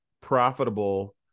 profitable